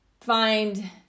Find